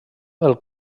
del